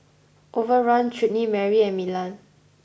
Overrun Chutney Mary and Milan